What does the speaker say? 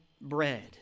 bread